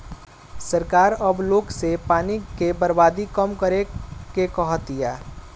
सरकार अब लोग से पानी के बर्बादी कम करे के कहा तिया